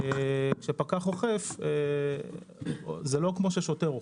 כשפקח אוכף, זה לא כמו ששוטר אוכף.